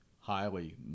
highly